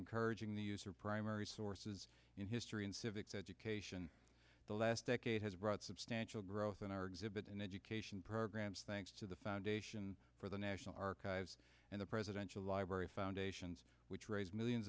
encouraging the use or primary sources in history and civics education the last decade has brought substantial growth in our exhibit and education programs thanks to the foundation for the national archives and the presidential library foundations which raised millions